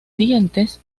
dientes